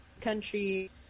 country